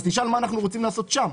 אז תשאל מה אנחנו רוצים לעשות שם?